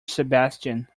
sebastian